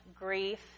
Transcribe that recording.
grief